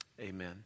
Amen